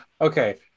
okay